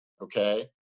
okay